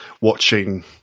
watching